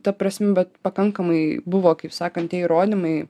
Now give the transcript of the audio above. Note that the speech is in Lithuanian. ta prasme bet pakankamai buvo kaip sakant tie įrodymai